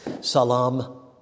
Salam